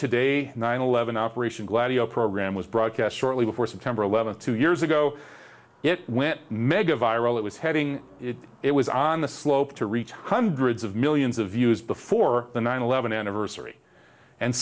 today nine eleven operation gladio program was broadcast shortly before september eleventh two years ago it went mega viral it was heading it was on the slope to reach hundreds of millions of views before the nine eleven anniversary and